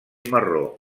marró